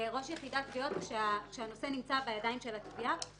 זה ראש יחידת תביעות כשהנושא נמצא בידיים של התביעה,